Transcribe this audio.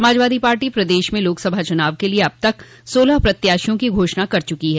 Samajwadi party प्रदेश में लोकसभा चुनाव के लिए अब तक सोलह प्रत्याशियों की घोषणा कर चुकी है